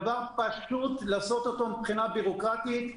דבר פשוט לעשות אותו מבחינה בירוקרטית,